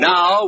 Now